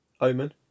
Omen